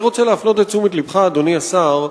אני רוצה להפנות את תשומת לבך, אדוני השר,